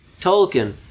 Tolkien